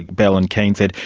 bell and keane said,